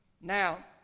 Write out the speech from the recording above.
Now